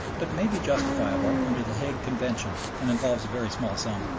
but may be justifiable under the hague convention and involves a very small sum.